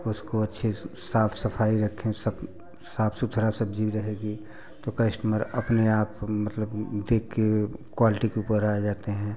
उसको अच्छे साफ सफाई रखें सा साफ सुथरा सब्ज़ी रहेगी तो कस्टमर अपने आप मतलब देख के क्वाल्टी के ऊपर आ जाते हैं